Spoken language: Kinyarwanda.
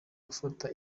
gufata